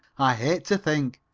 i hate to think.